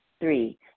Three